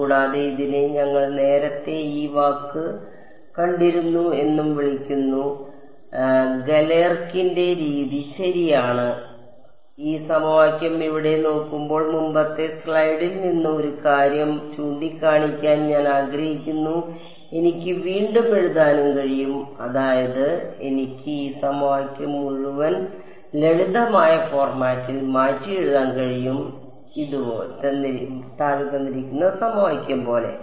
കൂടാതെ ഇതിനെ ഞങ്ങൾ നേരത്തെ ഈ വാക്ക് കണ്ടിരുന്നു എന്നും വിളിക്കുന്നു ഗലേർകിന്റെ രീതി ശരിയാണ് അതിനാൽ ഈ സമവാക്യം ഇവിടെ നോക്കുമ്പോൾ മുമ്പത്തെ സ്ലൈഡിൽ നിന്ന് ഒരു കാര്യം ചൂണ്ടിക്കാണിക്കാൻ ഞാൻ ആഗ്രഹിക്കുന്നു എനിക്ക് വീണ്ടും എഴുതാനും കഴിയും അതായത് എനിക്ക് ഈ സമവാക്യം മുഴുവൻ ലളിതമായ ഫോർമാറ്റിൽ മാറ്റിയെഴുതാൻ കഴിയും ഇത് പോലെ